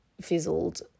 fizzled